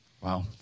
Wow